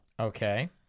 Okay